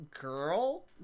girl